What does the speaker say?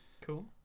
Cool